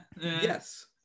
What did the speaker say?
Yes